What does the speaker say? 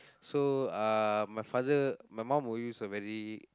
so uh my father my mum would use a very